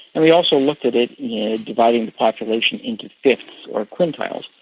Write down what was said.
and we also looked at it yeah dividing the population into fifths or quintiles.